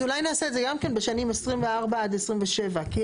אז אולי נעשה את זה בשנים 24' עד 27'. לראות את השינוי.